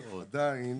ועדיין